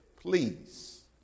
please